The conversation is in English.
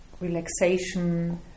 relaxation